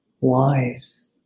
wise